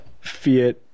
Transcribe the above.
Fiat